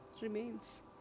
remains